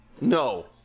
No